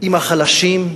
עם החלשים,